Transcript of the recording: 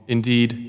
Indeed